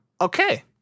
Okay